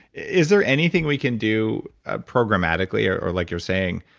is there anything we can do ah programmatically, or or like you're saying,